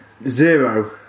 Zero